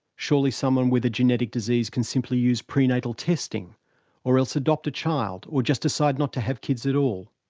surely, someone with a genetic disease can simply use prenatal testing or else adopt a child, or just decide not to have kids at all.